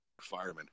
fireman